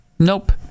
nope